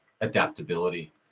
adaptability